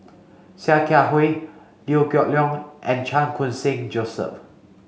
Sia Kah Hui Liew Geok Leong and Chan Khun Sing Joseph